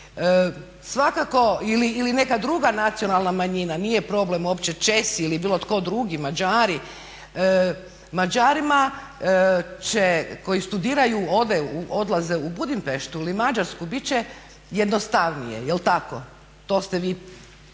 svakako ili neka druga nacionalna manjina nije problem uopće Česi ili bilo tko drugi Mađari, Mađarima će koji studiraju i odlaze u Budimpeštu ili Mađarsku bit će jednostavnije jel' tako? To ste vi?